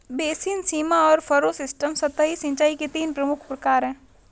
basin, सीमा और furrow system सतही सिंचाई के तीन प्रमुख प्रकार है